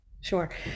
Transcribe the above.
Sure